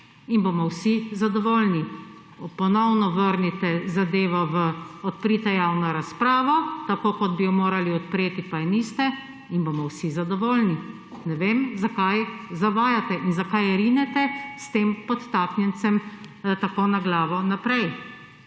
in bomo vsi zadovoljni. Ponovno vrnite zadevo, odprite javno razpravo, tako kot bi jo morali odpreti, pa je niste, in bomo vsi zadovoljni. Ne vem, zakaj zavajate in zakaj rinete s tem podtaknjencem tako na glavo naprej